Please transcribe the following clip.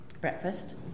breakfast